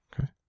Okay